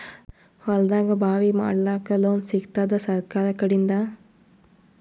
ಹೊಲದಾಗಬಾವಿ ಮಾಡಲಾಕ ಲೋನ್ ಸಿಗತ್ತಾದ ಸರ್ಕಾರಕಡಿಂದ?